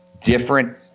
different